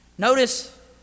Notice